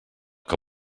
que